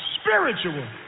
spiritual